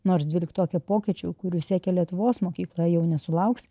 nors dvyliktokė pokyčių kurių siekia lietuvos mokykla jau nesulauks